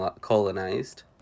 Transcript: colonized